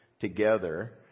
together